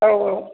औ औ